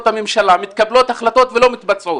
מתקבלות החלטות והן לא מבוצעות.